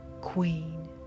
queen